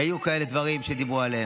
כי היו כאלה דברים שדיברו עליהם.